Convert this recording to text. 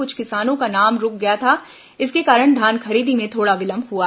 कुछ किसानों का नाम रुक गया था इसके कारण धान खरीदी में थोड़ा विलंब हुआ